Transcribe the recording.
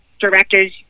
directors